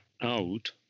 out